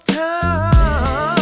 time